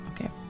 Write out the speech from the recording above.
Okay